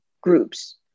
groups